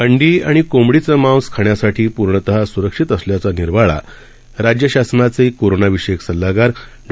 अंडीआणिकोंबडीचंमांसखाण्यासाठीपूर्णतःसुरक्षितअसल्याचानिर्वाळाराज्यशासनाचेकोरोनाविषयकसल्लागा रडॉ